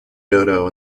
dodo